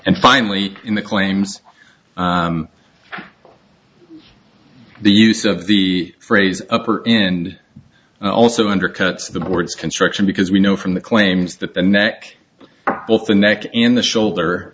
and finally in the claims the use of the phrase upper end also undercuts the word's construction because we know from the claims that the neck both the neck and the shoulder